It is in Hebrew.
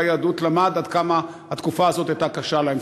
יהדות למד עד כמה התקופה הזאת הייתה קשה להם.